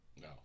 No